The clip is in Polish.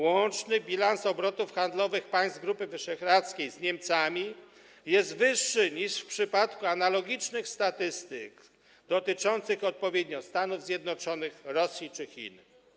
Łączny bilans obrotów w handlu państw Grupy Wyszehradzkiej z Niemcami jest wyższy niż w przypadku analogicznych statystyk dotyczących odpowiednio Stanów Zjednoczonych, Rosji czy Chin.